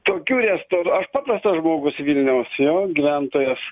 tokių restor aš paprastas žmogus vilniaus jo gyventojas